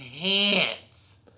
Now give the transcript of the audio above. hands